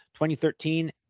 2013